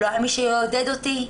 לא היה מי שיעודד אותי.